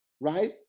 Right